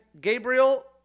Gabriel